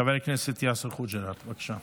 חבר הכנסת יאסר חוג'יראת, בבקשה.